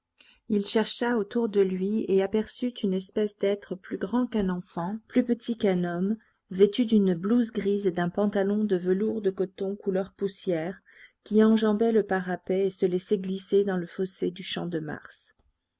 il chercha autour de lui et aperçut une espèce d'être plus grand qu'un enfant plus petit qu'un homme vêtu d'une blouse grise et d'un pantalon de velours de coton couleur poussière qui enjambait le parapet et se laissait glisser dans le fossé du champ de mars